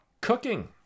cooking